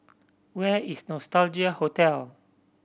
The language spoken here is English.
where is Nostalgia Hotel